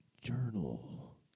journal